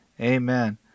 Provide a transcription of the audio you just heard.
Amen